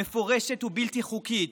מפורשת ובלתי חוקית,